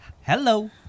Hello